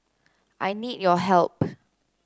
I need your help